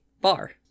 bar